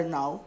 now